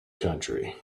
country